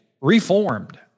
reformed